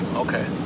Okay